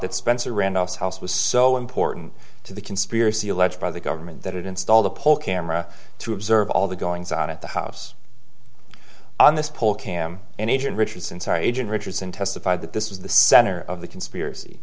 that spencer randolph's house was so important to the conspiracy alleged by the government that it installed a poll camera to observe all the goings on at the house on this pole cam and agent richardson sorry agent richardson testified that this was the center of the conspiracy